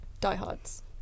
diehards